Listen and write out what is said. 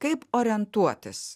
kaip orientuotis